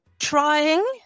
Trying